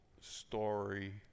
story